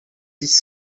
dix